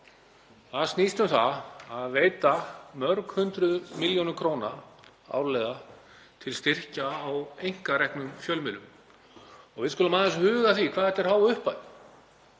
Það snýst um að veita mörg hundruð milljónum króna árlega til styrkja á einkareknum fjölmiðlum. Við skulum aðeins huga að því hvað þetta er há upphæð,